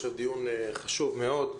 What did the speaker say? דיון חשוב מאוד.